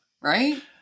Right